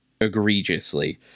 egregiously